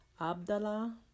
Abdallah